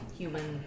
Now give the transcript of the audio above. human